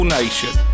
Nation